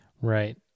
right